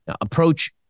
approach